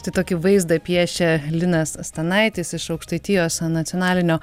tai tokį vaizdą piešia linas stanaitis iš aukštaitijos nacionalinio